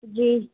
جی